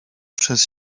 przez